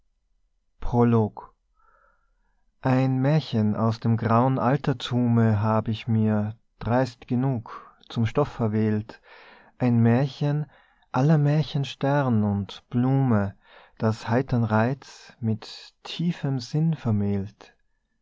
prolog ein mährchen aus dem grauen alterthume hab ich mir dreist genug zum stoff erwählt ein mährchen aller mährchen stern und blume das heitern reiz mit tiefem sinn vermählt